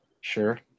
Sure